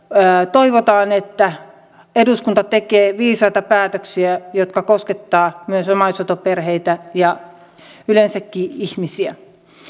toivotaan että eduskunta tekee viisaita päätöksiä jotka koskettavat myös omaishoitoperheitä ja yleensäkin ihmisiä